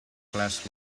class